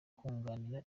kunganira